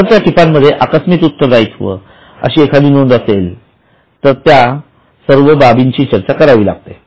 जर त्या टिपा मध्ये आकस्मिक उत्तर दायित्व अशी एखादी नोंद असेल तर त्यांना सर्व बाबींची चर्चा करावी लागते